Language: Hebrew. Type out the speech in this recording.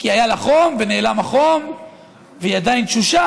כי היה לה חום ונעלם החום והיא עדיין תשושה,